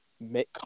Make